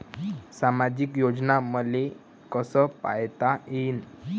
सामाजिक योजना मले कसा पायता येईन?